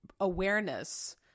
awareness